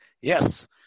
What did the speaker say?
yes